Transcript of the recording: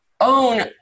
own